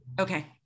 Okay